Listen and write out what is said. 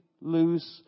lose